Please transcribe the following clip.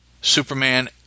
Superman